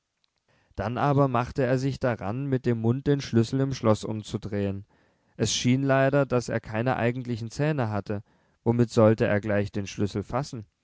dann aber machte er sich daran mit dem mund den schlüssel im schloß umzudrehen es schien leider daß er keine eigentlichen zähne hatte womit sollte er gleich den schlüssel fassen